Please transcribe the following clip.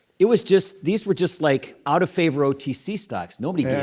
it was just these were just like out-offavor otc stocks. nobody yeah